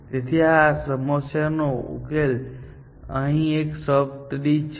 તેથી આ સમસ્યાનો ઉકેલ અહીં એક સબ ટ્રી છે